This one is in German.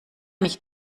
mich